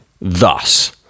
thus